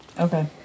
Okay